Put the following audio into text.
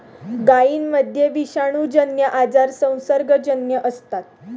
गायींमध्ये विषाणूजन्य आजार संसर्गजन्य असतात